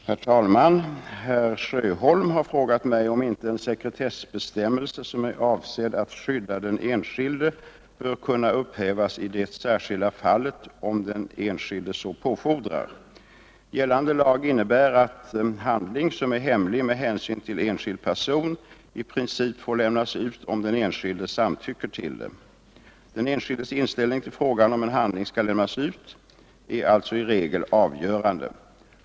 Herr talman! Herr Sjöholm har frågat mig om inte en sekretessbestämmelse som är avsedd att skydda den enskilde bör kunna upphävas i det särskilda fallet om den enskilde så påfordrar. Gällande lag innebär att handling, som är hemlig med hänsyn till enskild person, i princip får lämnas ut om den enskilde samtycker till det. Den enskildes inställning till frågan om en handling skall lämnas ut är alltså i regel avgörande.